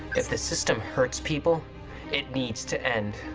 if the system hurts people it needs to end.